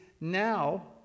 now